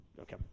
Okay